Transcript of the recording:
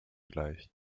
gleich